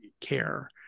care